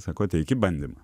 sakoateik į bandymą